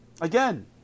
Again